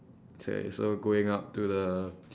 okay so going up to the